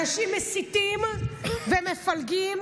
אנשים מסיתים ומפלגים,